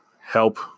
help